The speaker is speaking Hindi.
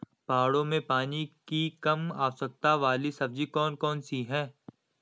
पहाड़ों में पानी की कम आवश्यकता वाली सब्जी कौन कौन सी हैं?